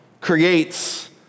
creates